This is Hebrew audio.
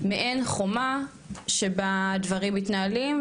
מעין חומה שבה הדברים מתנהלים,